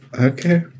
Okay